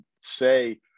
say